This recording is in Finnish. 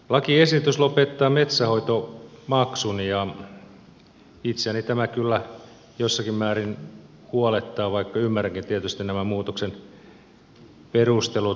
lakiesitys lopettaa metsänhoitomaksun ja itseäni tämä kyllä jossakin määrin huolettaa vaikka ymmärränkin tietysti nämä muutoksen perustelut